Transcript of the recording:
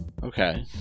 Okay